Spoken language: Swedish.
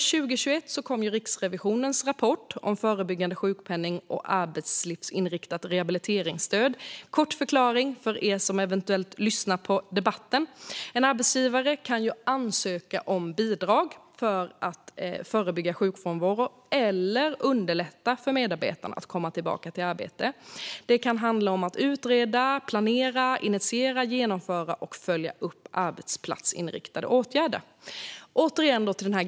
År 2021 kom Riksrevisionens rapport om förebyggande sjukpenning och arbetslivsinriktat rehabiliteringsstöd. Låt mig ge en kort förklaring för er som eventuellt lyssnar på debatten. En arbetsgivare kan ansöka om bidrag för att förebygga sjukfrånvaro eller underlätta för medarbetaren att komma tillbaka i arbete. Det kan handla om att utreda, planera, initiera, genomföra och följa upp arbetsplatsinriktade åtgärder.